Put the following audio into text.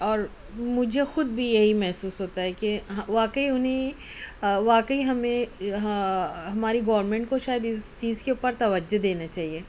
اور مجھے خود بھی یہی محسوس ہوتا ہے کہ واقعی انھیں واقعی ہمیں ہماری گوورمنٹ کو شاید اِس چیز کے اوپر توجہ دینا چاہیے